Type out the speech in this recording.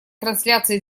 трансляции